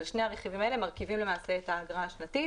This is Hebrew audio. אבל שני הרכיבים האלה מרכיבים למעשה את האגרה השנתית.